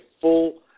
full